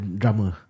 drummer